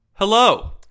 Hello